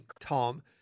Tom